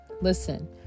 Listen